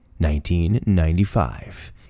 1995